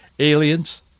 aliens